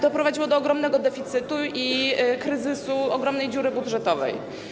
Doprowadziło do ogromnego deficytu i kryzysu, ogromnej dziury budżetowej.